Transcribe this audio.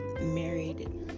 married